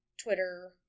Twitter